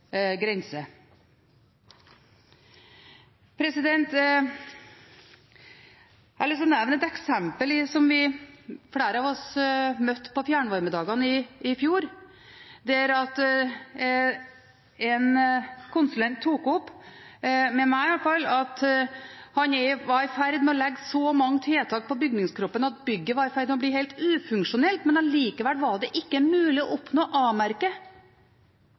Jeg har lyst til å nevne et eksempel som flere av oss møtte på Fjernvarmedagene i fjor, der en konsulent tok opp – iallfall med meg – at han var i ferd med å legge så mange tiltak på bygningskroppen at bygget var i ferd med å bli helt ufunksjonelt. Likevel var det ikke mulig å oppnå